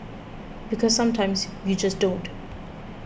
because sometimes you just don't